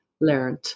learned